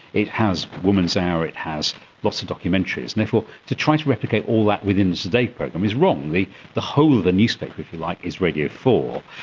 it has women's hour, it has lots of documentaries, and therefore to try to replicate all that within the today program is wrong. the the whole of the newspaper, if you like, is radio four,